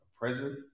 present